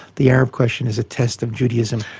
the arab question is a test of judaism,